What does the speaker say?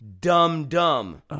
dumb-dumb